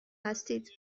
هستید